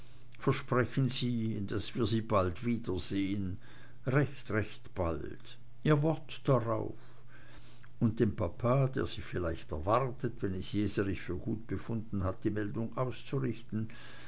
versprechen sie daß wir sie bald wiedersehen recht recht bald ihr wort darauf und dem papa der sie vielleicht erwartet wenn es jeserich für gut befunden hat die meldung auszurichten